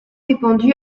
répandu